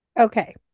Okay